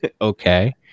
okay